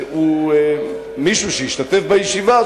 מישהו שהשתתף בישיבה,